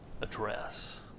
address